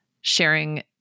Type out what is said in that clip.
sharing